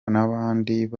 n’abakandida